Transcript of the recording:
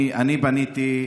אני פניתי,